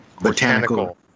Botanical